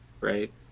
Right